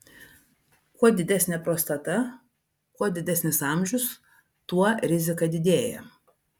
kuo didesnė prostata kuo didesnis amžius tuo rizika didėja